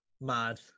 Mad